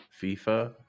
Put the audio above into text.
FIFA